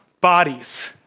bodies